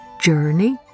Journey